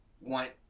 want